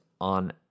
on